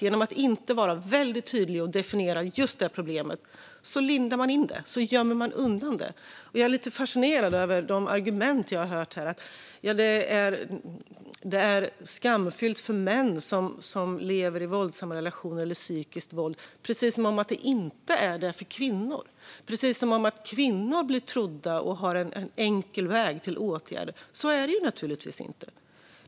Genom att inte vara väldigt tydlig och definiera just det problemet lindar man in det och gömmer undan det. Jag är lite fascinerad av de argument jag har hört här. Det är skamfyllt för män som lever i våldsamma relationer eller utsätts för psykiskt våld, precis som att det inte är det för kvinnor. Det är precis som att kvinnor blir trodda och har en enkel väg till åtgärder. Så är det naturligtvis inte.